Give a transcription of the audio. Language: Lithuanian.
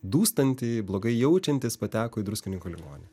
dūstantį blogai jaučiantis pateko į ūkininko ligoninę